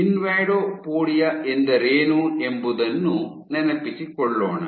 invadopodia ಎಂದರೇನು ಎಂಬುದನ್ನು ನೆನೆಪಿಸಿಕೊಳ್ಳೋಣ